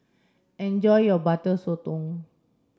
enjoy your butter sotong